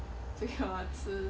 煮给我吃